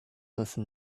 listen